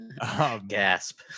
Gasp